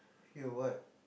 hear what